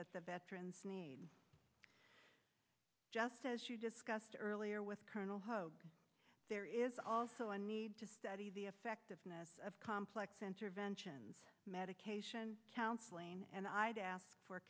that the veterans need just as you discussed earlier with colonel hope there is also a need to study the effectiveness of complex interventions medication counseling and i'd ask for